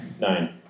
Nine